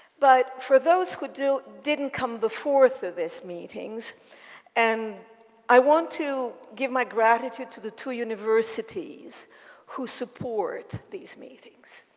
but for those who didn't come before to this meetings and i want to give my gratitude to the two universities who support these meetings.